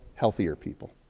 healthier people.